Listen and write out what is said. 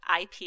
IP